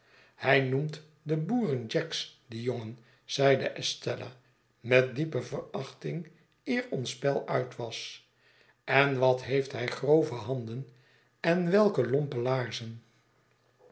hij noemt de boeren jacks die jongen zeide estella met diepe verachting eer ons spel uit was en wat heeft hij grove handen en welke lompe laarzen